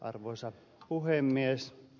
arvoisa puhemies